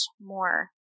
more